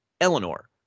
Eleanor